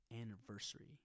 anniversary